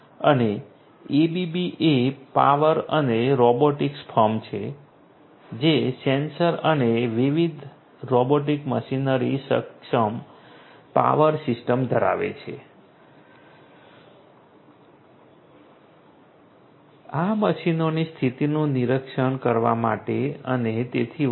અને એબીબી એ પાવર અને રોબોટિક્સ ફર્મ છે જે સેન્સર અને વિવિધ રોબોટિક મશીનરી સક્ષમ પાવર સિસ્ટમ ધરાવે છે આ મશીનોની સ્થિતિનું નિરીક્ષણ કરવા માટે અને તેથી વધુ